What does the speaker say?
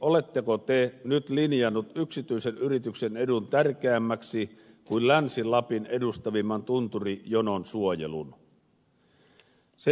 oletteko te nyt linjannut yksityisen yrityksen edun tärkeämmäksi kuin länsi lapin edustavimman tunturijonon suojelun